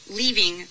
leaving